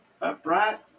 upright